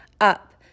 up